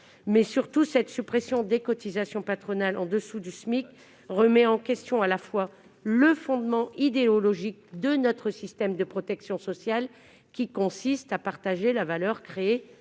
Surtout, cette suppression des cotisations patronales en deçà du SMIC remet en question le fondement idéologique de notre système de protection sociale, qui consiste à partager la valeur créée